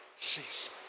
Jesus